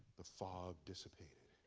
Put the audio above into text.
the fog dissipated.